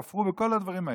כפרו בכל הדברים האלה.